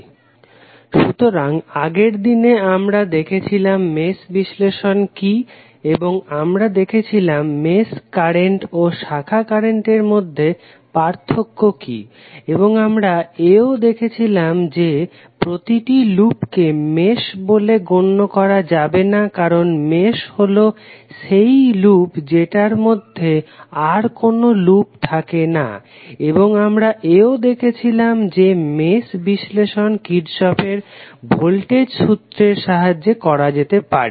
Refer Slide Time 0030 সুতরাং আগের দিনে আমরা দেখেছিলাম মেশ বিশ্লেষণ কি এবং আমরা দেখেছিলাম মেশ কারেন্ট ও শাখা কারেন্টের মধ্যে পার্থক্য কি এবং আমরা এও দেখেছিলাম যে প্রতিটি লুপকে মেশ বলে গণ্য করা যাবে না কারণ মেশ হলো সেই লুপ যেটার মধ্যে আর কোনো লুপ থাকে না এবং আমরা এও দেখেছিলাম যে মেশ বিশ্লেষণ কির্শফের ভোল্টেজ সূত্রর সাহায্যে করা যেতে পারে